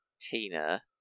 Tina